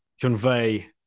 convey